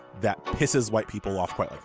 that pisses white people off quite.